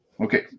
Okay